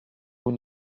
vous